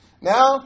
now